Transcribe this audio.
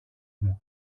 μου